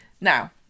Now